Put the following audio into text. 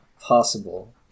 possible